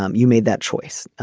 um you made that choice.